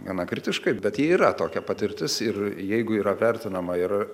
gana kritiškai bet ji yra tokia patirtis ir jeigu yra vertinama ir